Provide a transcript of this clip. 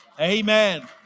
Amen